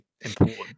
important